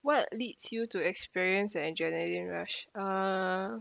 what leads you to experience an adrenaline rush uh